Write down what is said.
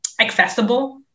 accessible